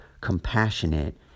compassionate